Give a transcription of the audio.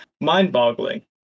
mind-boggling